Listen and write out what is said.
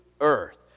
earth